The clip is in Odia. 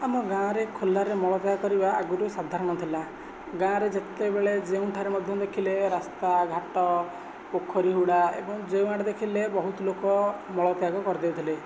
ଆମ ଗାଁ ରେ ଖୋଲାରେ ମଳତ୍ୟାଗ କରିବା ଆଗରୁ ସାଧାରଣ ଥିଲା ଗାଁ ରେ ଯେତେବେଳେ ଯେଉଁଠାରେ ମଧ୍ୟ ଦେଖିଲେ ରାସ୍ତା ଘାଟ ପୋଖରୀ ହୁଡ଼ା ଏବଂ ଯେଉଁ ଆଡ଼େ ଦେଖିଲେ ବହୁତ ଲୋକ ମଳତ୍ୟାଗ କରିଦେଉଥିଲେ